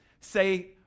say